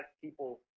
people